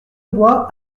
bois